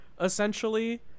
essentially